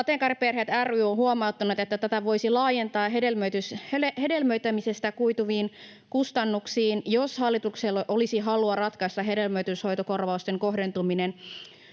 Sateenkaariperheet ry on huomauttanut, että tätä voisi laajentaa hedelmöittämisestä koituviin kustannuksiin, jos hallituksella olisi halua ratkaista hedelmöityshoitokorvausten kohdentuminen